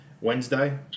Wednesday